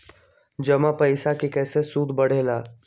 जमा पईसा के कइसे सूद बढे ला?